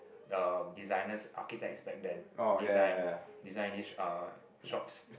the designers architects aspect then design design these uh shops